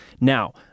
Now